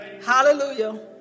Hallelujah